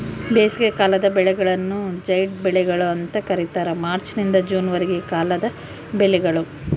ಬೇಸಿಗೆಕಾಲದ ಬೆಳೆಗಳನ್ನು ಜೈಡ್ ಬೆಳೆಗಳು ಅಂತ ಕರೀತಾರ ಮಾರ್ಚ್ ನಿಂದ ಜೂನ್ ವರೆಗಿನ ಕಾಲದ ಬೆಳೆಗಳು